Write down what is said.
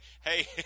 Hey